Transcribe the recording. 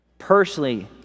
Personally